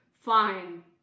fine